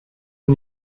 and